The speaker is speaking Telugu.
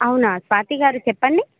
అవునా స్వాతి గారు చెప్పండి